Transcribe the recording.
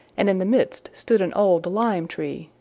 and in the midst stood an old lime-tree,